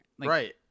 right